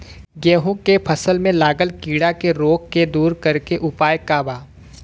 गेहूँ के फसल में लागल कीड़ा के रोग के दूर करे के उपाय का बा?